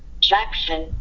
Jackson